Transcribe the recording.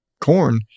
corn